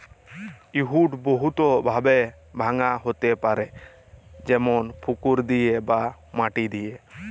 weed বহুত ভাবে ভাঙা হ্যতে পারে যেমল পুকুর দিয়ে বা মাটি দিয়ে